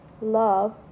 love